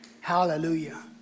Hallelujah